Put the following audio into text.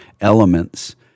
elements